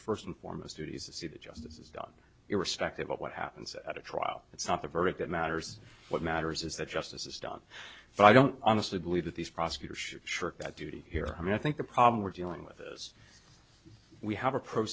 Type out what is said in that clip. first and foremost duties to see that justice is done irrespective of what happens at a trial it's not the verdict that matters what matters is that justice is done but i don't honestly believe that these prosecutors should shirk that duty here i mean i think the problem we're dealing with is we have a pro